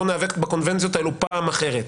ניאבק בקונבנציות האלה בפעם אחרת.